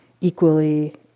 equally